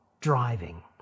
driving